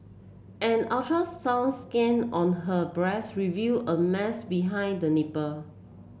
an ultrasound scan on her breast revealed a mass behind the nipple